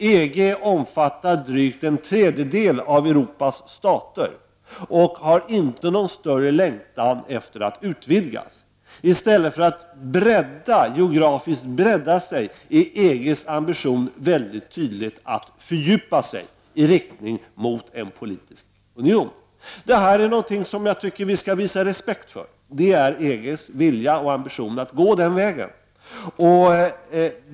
EG omfattar drygt en tredjedel av Europas stater och har inte någon större längtan efter att utvidgas. I stället för att geografiskt bredda sig är EG:s ambition mycket tydlig att fördjupa sig i riktning mot en politisk union. Jag tycker vi skall visa respekt för detta. Det är EG:s vilja och ambition att gå den vägen.